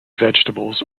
vegetables